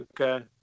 Okay